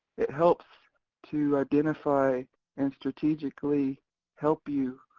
it helps to identify and strategically help you